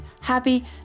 happy